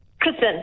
Kristen